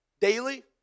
daily